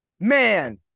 Man